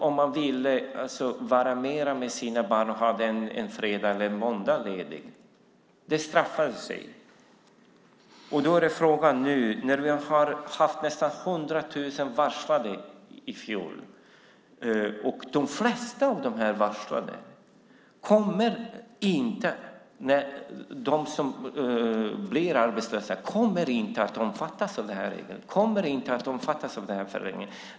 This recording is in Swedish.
Om man vill vara mer med sina barn och ha en fredag eller måndag ledig straffar det sig. I fjol var nästan 100 000 varslade, och de flesta av de varslade som blir arbetslösa kommer inte att omfattas av förändringen.